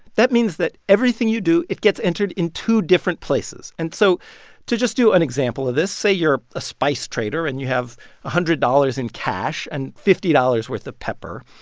that means that everything you do, it gets entered in two different places. and so to just do an example of this, say you're a spice trader and you have one hundred dollars in cash and fifty dollars worth of pepper,